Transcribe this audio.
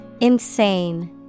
Insane